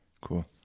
Cool